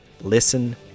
Listen